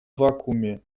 вакууме